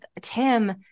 Tim